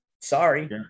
Sorry